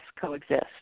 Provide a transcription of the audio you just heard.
coexist